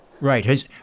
Right